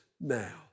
now